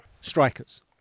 strikers